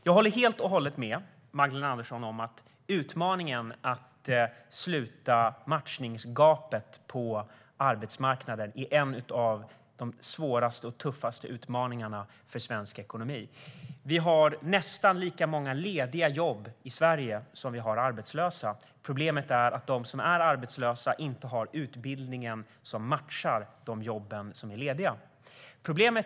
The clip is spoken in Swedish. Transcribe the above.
Jag håller helt och hållet med Magdalena Andersson om att utmaningen att sluta matchningsgapet på arbetsmarknaden är en av de svåraste och tuffaste utmaningarna för svensk ekonomi. Vi har nästan lika många lediga jobb i Sverige som vi har arbetslösa. Problemet är att de som är arbetslösa inte har utbildning som matchar de jobb som är lediga. Då har vi följande problem.